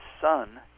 son